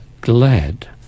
glad